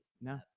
No